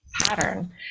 pattern